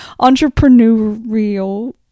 Entrepreneurial